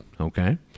Okay